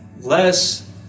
less